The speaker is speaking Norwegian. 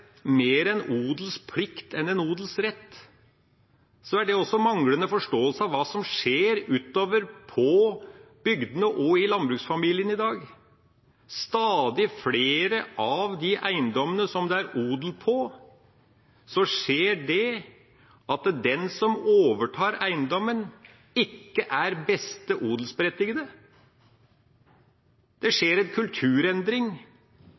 mer «en odelsplikt enn en odelsrett», er det også manglende forståelse av hva som skjer utover på bygdene og i landbruksfamiliene i dag. Stadig flere av de eiendommene det er odel på, overtas av den som ikke er beste odelsberettigede. Det